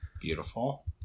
Beautiful